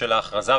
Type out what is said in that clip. של ההכרזה,